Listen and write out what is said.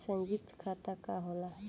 सयुक्त खाता का होला?